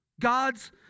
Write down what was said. God's